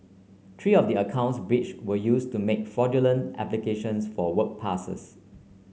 three of the accounts breached were used to make fraudulent applications for work passes